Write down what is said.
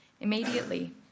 Immediately